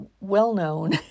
well-known